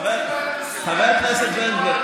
חבר הכנסת בן גביר,